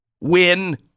win